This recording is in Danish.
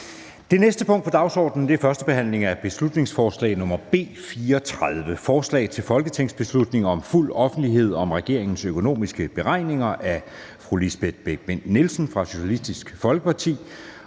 Det næste punkt på dagsordenen er: 7) 1. behandling af beslutningsforslag nr. B 34: Forslag til folketingsbeslutning om fuld offentlighed om regeringens økonomiske beregninger. Af Lisbeth Bech-Nielsen (SF) m.fl.